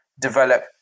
develop